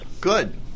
Good